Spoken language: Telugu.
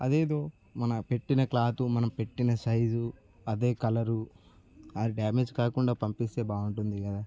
అదేదో మనం పెట్టిన క్లాతు మనం పెట్టిన సైజు అదే కలరు డ్యామేజ్ కాకుండా పంపిస్తే బాగుంటుంది కదా